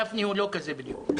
גפני הוא לא כזה בדיוק.